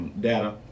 data